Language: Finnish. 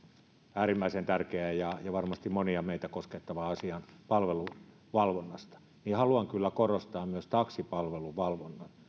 äärimmäisen tärkeä ja ja varmasti monia meitä koskettava asia palvelun valvonnassa niin haluan kyllä korostaa myös taksipalvelun valvonnan